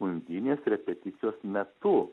undinės repeticijos metu